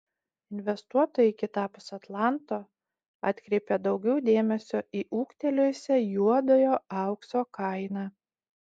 investuotojai kitapus atlanto atkreipė daugiau dėmesio į ūgtelėjusią juodojo aukso kainą